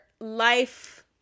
life